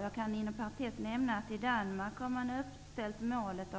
Jag kan nämna att Danmark har satt upp målet